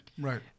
Right